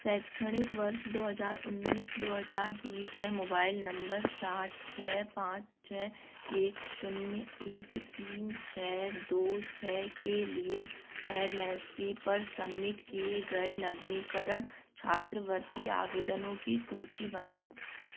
शैक्षणिक वर्ष दो हज़ार उन्नीस दो हज़ार बीस में मोबाइल नंबर के लिए एन एस पी पर सबमिट किए गए नवीनीकरण छात्रवृत्ति आवेदनों की सूची बनाएँ